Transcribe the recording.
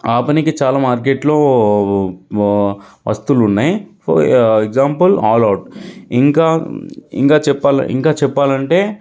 ఆపడానికి చాలా మార్కెట్లో వ వస్తువులున్నాయి ఫర్ ఎగ్జాంపుల్ ఆల్ అవుట్ ఇంకా ఇంకా చెప్పాలంటే ఇంకా చెప్పాలంటే